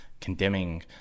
condemning